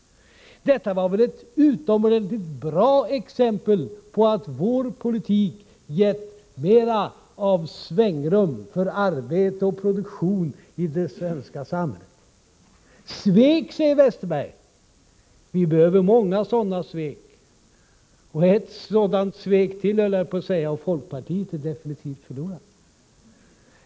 Detta var väl ett utomordentligt exempel på att vår politik har gett mer svängrum för arbete och produktion i det svenska samhället. Svek, säger Westerberg. Vi behöver många sådana ”svek”. Ett sådant ”svek” till — höll jag på att säga — och folkpartiet är definitivt förlorat.